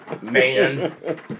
Man